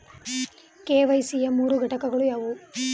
KYC ಯ ಮೂರು ಘಟಕಗಳು ಯಾವುವು?